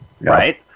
Right